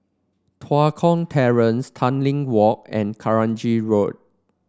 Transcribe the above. Tua Kong Terrace Tanglin Walk and Kranji Road